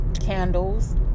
candles